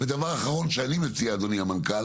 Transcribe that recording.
ודבר אחרון שאני מציע, אדוני המנכ"ל